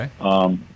Okay